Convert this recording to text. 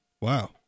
wow